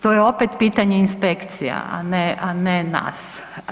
To je opet pitanje inspekcija, a ne nas.